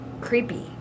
creepy